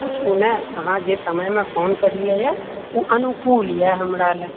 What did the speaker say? पूछू ने अहाँ जे समयमे फोन करलियैए ओ अनुकूल यऽ हमरा लिए